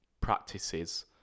practices